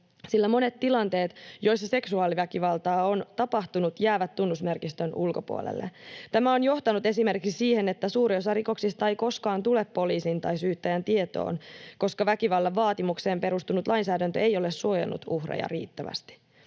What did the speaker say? sillä monet tilanteet, joissa seksuaaliväkivaltaa on tapahtunut, jäävät tunnusmerkistön ulkopuolelle. Tämä on johtanut esimerkiksi siihen, että suuri osa rikoksista ei koskaan tule poliisin tai syyttäjän tietoon, koska väkivallan vaatimukseen perustunut lainsäädäntö ei ole suojannut uhreja riittävästi.